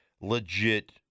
legit